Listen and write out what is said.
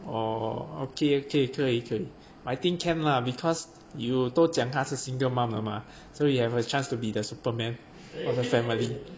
orh okay okay 可以可以 I think can lah because you 都讲她是 single mum ah mah so you have a chance to be the superman of the family